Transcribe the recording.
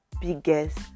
biggest